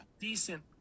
Decent